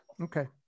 Okay